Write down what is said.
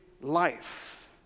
life